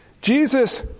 Jesus